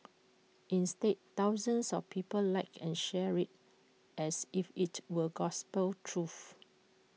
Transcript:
instead thousands of people liked and shared IT as if IT were gospel truth